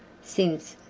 since,